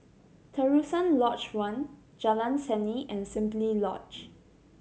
Terusan Lodge One Jalan Seni and Simply Lodge